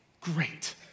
Great